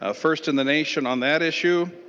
ah first in the nation on that issue.